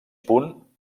punt